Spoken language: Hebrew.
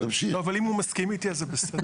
לא, אבל אם הוא מסכים איתי זה בסדר.